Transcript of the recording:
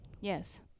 Yes